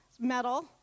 metal